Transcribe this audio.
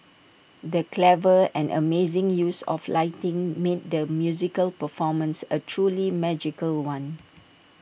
the clever and amazing use of lighting made the musical performance A truly magical one